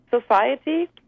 society